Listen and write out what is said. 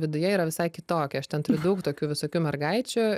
viduje yra visai kitokia aš ten daug tokių visokių mergaičių